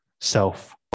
self